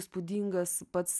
įspūdingas pats